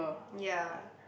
ya